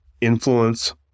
influence